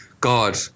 God